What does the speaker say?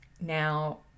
Now